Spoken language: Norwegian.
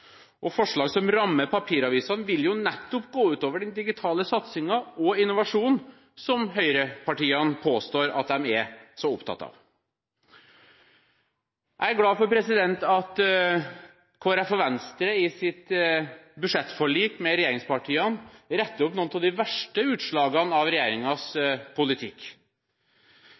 og forslag som rammer papiravisene, vil nettopp gå ut over den digitale satsingen og innovasjonen, som høyrepartiene påstår at de er så opptatt av. Jeg er glad for at Kristelig Folkeparti og Venstre i sitt budsjettforlik med regjeringspartiene retter opp noen av de verste utslagene av regjeringens politikk.